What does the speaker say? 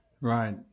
Right